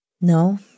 No